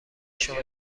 شما